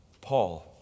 Paul